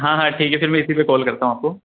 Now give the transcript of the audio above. हाँ हाँ ठीक है फिर मैं इसी पर कॉल करता हूँ आपको